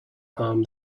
harm